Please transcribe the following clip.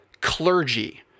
clergy